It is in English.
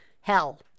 hell